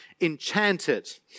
enchanted